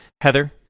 Heather